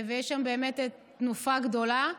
ויש שם באמת תנופה גדולה,